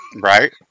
Right